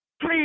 Please